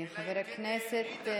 אלא אם כן ג'ידא תהיה יושבת-ראש מרצ.